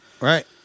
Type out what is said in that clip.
right